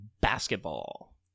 Basketball